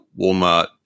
Walmart